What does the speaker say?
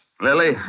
Lily